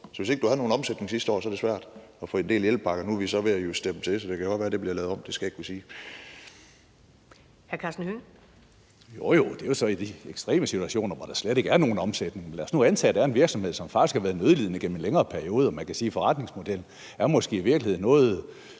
Så hvis ikke du havde nogen omsætning sidste år, er det svært at få del i hjælpepakkerne. Nu er vi ved at justere dem, så det kan godt være, det bliver lavet om. Det skal jeg ikke kunne sige. Kl. 10:36 Første næstformand (Karen Ellemann): Hr. Karsten Hønge. Kl. 10:36 Karsten Hønge (SF): Jo, men det er jo så i de ekstreme situationer, hvor der slet ikke er nogen omsætning. Lad os nu antage, at der er en virksomhed, som faktisk har været nødlidende igennem en længere periode, og hvor man kan sige, at forretningsmodellen måske i virkeligheden er noget